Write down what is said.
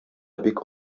бик